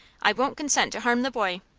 i won't consent to harm the boy.